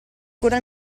cura